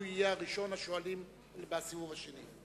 והוא יהיה ראשון השואלים בסיבוב השני.